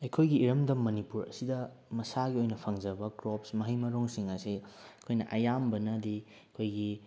ꯑꯩꯈꯣꯏꯒꯤ ꯏꯔꯝꯗ ꯃꯅꯤꯄꯨꯔ ꯑꯁꯤꯗ ꯃꯁꯥꯒꯤ ꯑꯣꯏꯅ ꯐꯪꯖꯕ ꯀ꯭ꯔꯣꯞꯁ ꯃꯍꯩ ꯃꯔꯣꯡꯁꯤꯡ ꯑꯁꯦ ꯑꯩꯈꯣꯏꯅ ꯑꯌꯥꯝꯕꯅꯗꯤ ꯑꯩꯈꯣꯏꯒꯤ